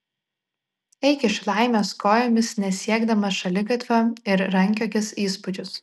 eik iš laimės kojomis nesiekdamas šaligatvio ir rankiokis įspūdžius